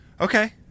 Okay